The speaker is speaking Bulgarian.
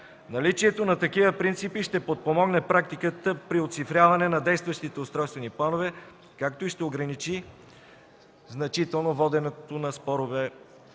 Наличието на такива принципи ще подпомогне практиката при оцифряване на действащите устройствени планове, както и ще ограничи значително воденето на спорове